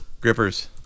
grippers